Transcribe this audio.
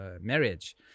marriage